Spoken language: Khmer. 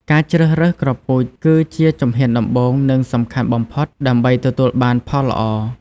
ការជ្រើសរើសគ្រាប់ពូជគឺជាជំហានដំបូង និងសំខាន់បំផុតដើម្បីទទួលបានផលល្អ។